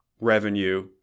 revenue